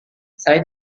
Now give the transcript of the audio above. saya